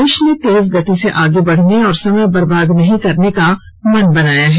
देश ने तेज गति से आगे बढ़ने और समय बर्बाद नहीं करने का मन बनाया है